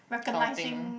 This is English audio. counting